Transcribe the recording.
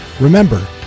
Remember